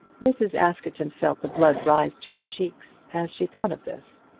mrs. askerton felt the blood rise to her cheeks as she thought of this,